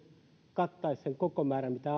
kattaisi sen koko määrän mitä